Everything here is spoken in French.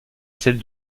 celle